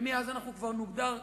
ואז כבר נוגדר,